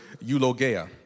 eulogia